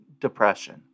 depression